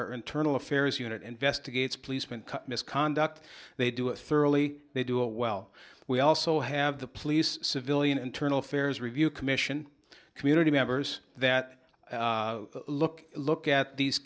our internal affairs unit investigates policeman misconduct they do it thoroughly they do it well we also have the police civilian internal affairs review commission community members that look look at these